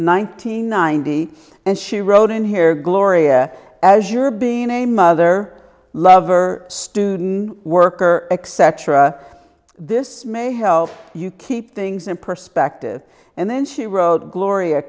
hundred ninety and she wrote in here gloria as you're being a mother lover student worker except shura this may help you keep things in perspective and then she wrote gloria